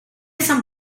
sant